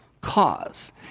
cause